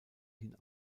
hin